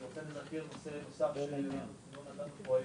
אני רוצה לבקר נושא נוסף שלא נגענו בו היום.